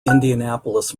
indianapolis